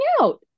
out